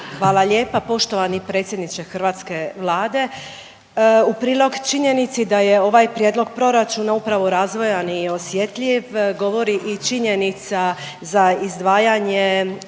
Hvala lijepo. Poštovani predsjedniče hrvatske Vlade u prilog činjenici da je ovaj prijedlog proračuna upravo razvojan i osjetljiv govori i činjenica za izdvajanje